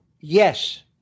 Yes